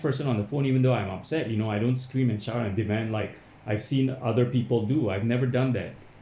person on the phone even though I'm upset you know I don't scream and shout and demand like I've seen other people do I've never done that